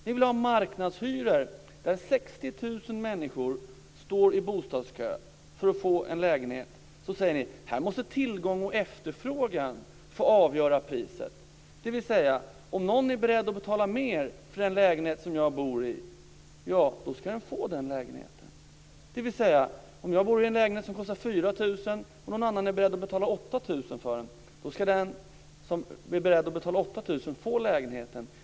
Ni vill ha marknadshyror. När 60 000 människor står i bostadskö för att få en lägenhet säger ni: Här måste tillgång och efterfrågan få avgöra priset. Om någon är beredd att betala mer för den lägenhet som jag bor i ska den personen få lägenheten. Om jag bor i en lägenhet som kostar 4 000 kr och någon annan är beredd att betala 8 000 kr för den ska den som är beredd att betala 8 000 kr få lägenheten.